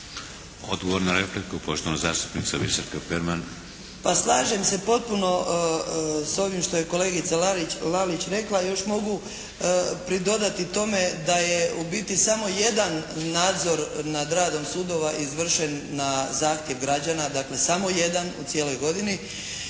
Odgovor na repliku poštovana zastupnica Biserka Perman. **Perman, Biserka (SDP)** Pa slažem se potpuno s ovim što je kolegica Lalić rekla. Još mogu pridodati tome da je u biti samo jedan nadzor nad radom sudova izvršen na zahtjev građana, dakle samo jedan u cijeloj godini